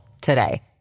today